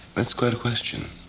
that's quite a question.